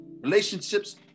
Relationships